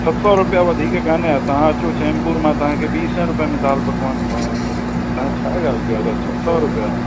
छह सौ रुपिया वधीक कोन्हे तव्हां अचो चैम्बूर मां तव्हां खे ॿीं सएं रुपए में दाल पकवान ठाहिरायां थो तव्हां छा ॻाल्हि कयो था छह सौ रुपिया